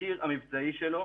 בתחקיר המבצעי שלו,